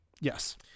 Yes